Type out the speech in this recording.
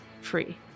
free